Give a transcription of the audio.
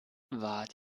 wart